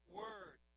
word